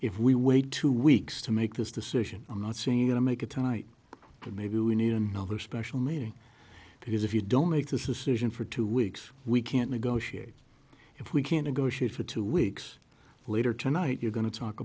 if we wait two weeks to make this decision i'm not saying you got to make it tonight but maybe we need another special meeting because if you don't make this is a solution for two weeks we can't negotiate if we can't go shoot for two weeks later tonight you're going to talk